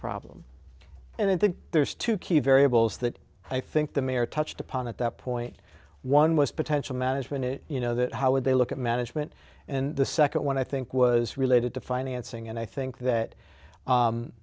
problem and i think there's two key variables that i think the mayor touched upon at that point one was potential management you know that how would they look at management and the second one i think was related to financing and i think that